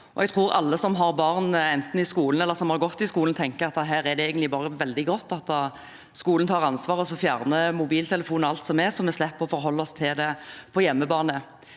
enten går i skolen, eller som har gått i skolen, tenker at det egentlig bare er veldig godt at skolen tar ansvar og fjerner mobiltelefon og alt som er – så vi slipper å forholde oss til det på hjemmebane.